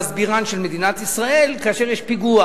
למסבירן של מדינת ישראל כאשר יש פיגוע